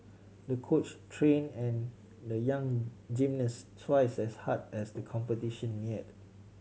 the coach train an the young gymnast twice as hard as the competition neared